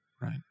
Right